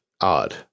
odd